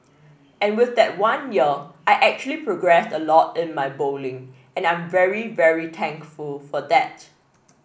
and with that one year I actually progressed a lot in my bowling and I'm very very thankful for that